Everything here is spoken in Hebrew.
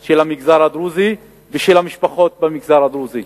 של המגזר הדרוזי ושל המשפחות במגזר הדרוזי,